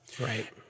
Right